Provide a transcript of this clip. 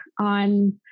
on